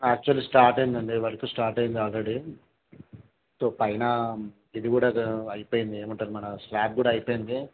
actually start అయింది అండి work start అయింది ఆల్రెడీ సో పైన ఇది కూడా ద అయిపోయింది ఏమంటారు మన స్లాబ్ కూడా అయిపోయింది